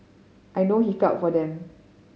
I know he felt for them